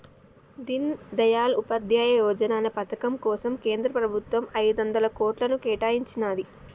దీన్ దయాళ్ ఉపాధ్యాయ యోజనా అనే పథకం కోసం కేంద్ర ప్రభుత్వం ఐదొందల కోట్లను కేటాయించినాది